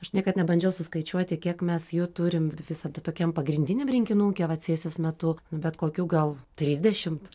aš niekad nebandžiau suskaičiuoti kiek mes jo turim visada tokiam pagrindiniam rinkinuke vat sesijos metu nu bet kokių gal trisdešimt